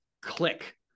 click